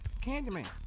Candyman